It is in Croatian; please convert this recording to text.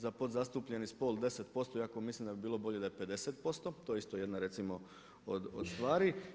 Za podzastupljeni spol 10% iako mislim da bi bilo bolje da je 50%, to je isto jedna recimo od stvari.